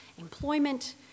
employment